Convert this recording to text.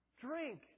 drink